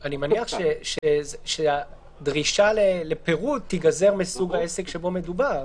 אני מניח שהדרישה לפרוד תיגזר מסוג העסק שבו מדובר.